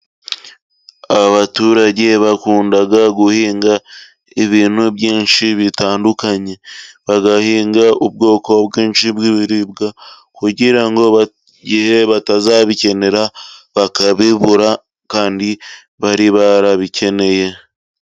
Abaturage bakunda guhinga, ibintu byinshi bitandukanye, bagahinga ubwoko bwinshi bw'ibiribwa, kugira ngo batazabikenera, bakabibura kandi bari barabikeneye.